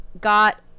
got